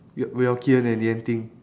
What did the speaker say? w~ well ki-en and yan-ting